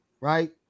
right